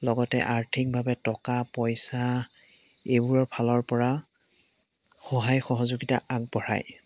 লগতে আৰ্থিকভাৱে টকা পইচা এইবোৰৰ ফালৰ পৰা সহায় সহযোগিতা আগবঢ়ায়